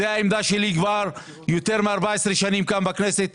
זאת העמדה שלי כבר יותר מ-14 שנים כאן בכנסת,